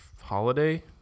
holiday